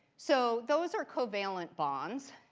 so those are covalent bonds.